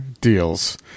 deals